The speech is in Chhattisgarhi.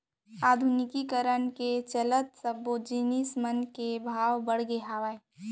आधुनिकीकरन के चलत सब्बो जिनिस मन के भाव बड़गे हावय